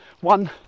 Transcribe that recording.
one